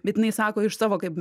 bet jinai sako iš savo kaip